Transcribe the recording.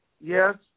Yes